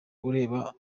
ureba